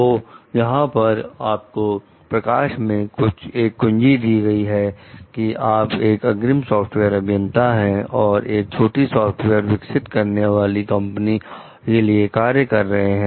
तो यहां पर आपको प्रकाश में एक कुंजी दी गई है कि आप एक अग्रिम सॉफ्टवेयर अभियंता है और एक छोटी सॉफ्टवेयर विकसित करने वाली कंपनी के लिए कार्य कर रहे हैं